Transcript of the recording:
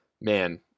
man